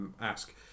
ask